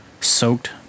soaked